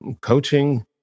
coaching